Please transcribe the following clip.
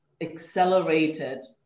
accelerated